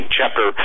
chapter